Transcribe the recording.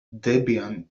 debian